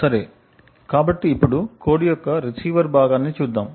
సరే కాబట్టి ఇప్పుడు కోడ్ యొక్క రిసీవర్ భాగాన్ని చూద్దాం